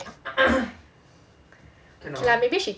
like maybe she